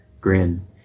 grin